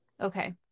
Okay